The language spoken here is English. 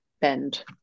bend